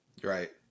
Right